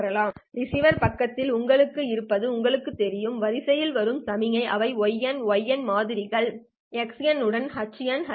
ஆனால் ரிசீவர் பக்கத்தில் உங்களிடம் இருப்பது உங்களுக்குத் தெரியும் வரிசையில் வரும் சமிக்ஞைகள் அவை y y மாதிரிகள் x உடன் h h